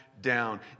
down